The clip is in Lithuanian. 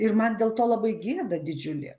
ir man dėl to labai gėda didžiulė